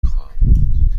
خواهم